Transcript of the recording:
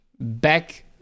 back